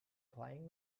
playing